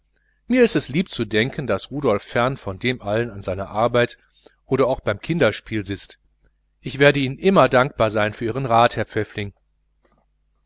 mir ist es lieb zu denken daß rudolf fern von dem allem an seiner arbeit oder auch beim kinderspiel sitzt ich werde ihnen immer dankbar sein für ihren rat herr pfäffling